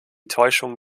täuschung